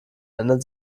ändert